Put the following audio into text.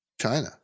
China